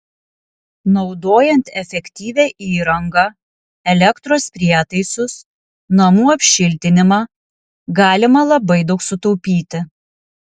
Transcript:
naudojant efektyvią įrangą elektros prietaisus namų apšiltinimą galima labai daug sutaupyti